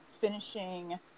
finishing